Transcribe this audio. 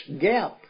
gap